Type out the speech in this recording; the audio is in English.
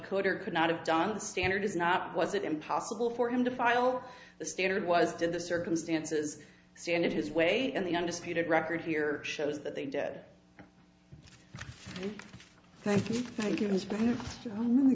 could or could not have done the standard is not was it impossible for him to file the standard was did the circumstances stand in his way and the undisputed record here shows that they did thank you thank you